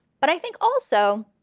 but i think also